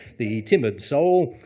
the timid soul,